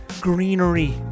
greenery